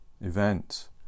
event